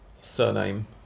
surname